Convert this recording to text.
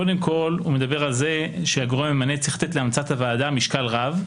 קודם כול הוא מדבר על זה שהגורם הממנה צריך לתת להמצאת הוועדה משקל רב.